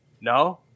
No